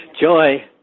Joy